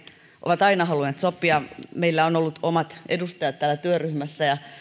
ovat aina halunneet sopia meillä on ollut omat edustajat täällä työryhmässä ja